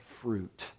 fruit